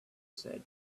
said